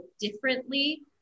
differently